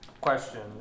question